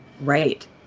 Right